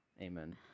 Amen